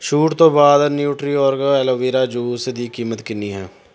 ਛੂਟ ਤੋਂ ਬਾਅਦ ਨਿਉਟ੍ਰੀਓਰਗ ਐਲੋਵੇਰਾ ਜੂਸ ਦੀ ਕੀਮਤ ਕਿੰਨੀ ਹੈ